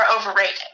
overrated